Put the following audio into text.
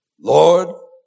Lord